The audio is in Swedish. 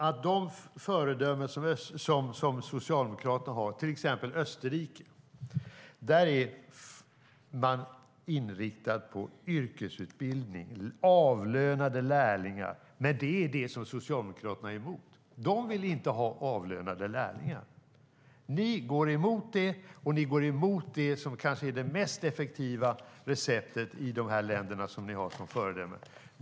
I de föredömen som Socialdemokraterna har, till exempel Österrike, är man inriktad på yrkesutbildning och avlönade lärlingar. Men det är detta som Socialdemokraterna är emot. De vill inte ha avlönade lärlingar. Ni går emot detta, och ni går emot det som kanske är det mest effektiva receptet i de länder som ni har som föredöme.